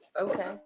okay